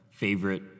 favorite